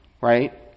right